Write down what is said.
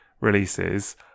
releases